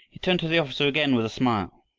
he turned to the officer again with a smile.